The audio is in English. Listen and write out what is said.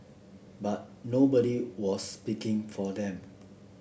but nobody was speaking for them